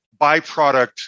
byproduct